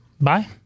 Bye